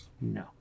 No